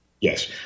Yes